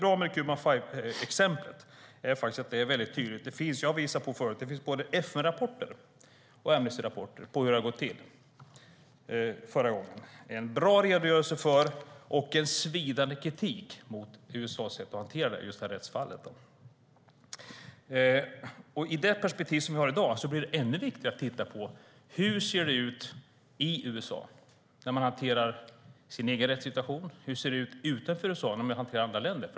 När det gäller "the Cuban Five" finns det både FN-rapporter och Amnestyrapporter om hur det har gått till. Det är bra redogörelser och svidande kritik mot USA:s sätt att hantera detta rättsfall. Med det perspektiv vi har i dag bli det ännu viktigare att titta på hur det ser ut i USA när de hanterar sin egen rättssituation och utanför USA när de hanterar andra länder.